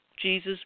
Jesus